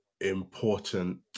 important